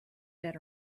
that